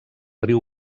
riu